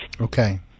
okay